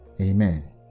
amen